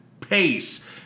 pace